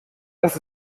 das